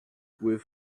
with